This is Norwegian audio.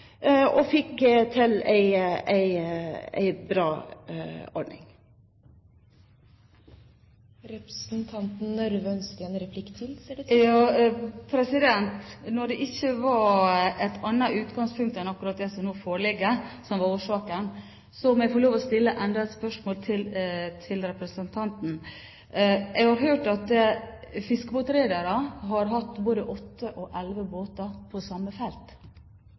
til en bra ordning. Når det ikke var et annet utgangspunkt enn akkurat det som nå foreligger, som var årsaken, må jeg få lov til å stille enda et spørsmål til representanten. Jeg har hørt at fiskebåtredere har hatt både åtte og elleve båter på samme felt,